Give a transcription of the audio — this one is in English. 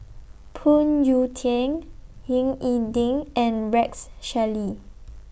Phoon Yew Tien Ying E Ding and Rex Shelley